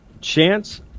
chance